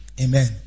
Amen